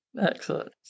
Excellent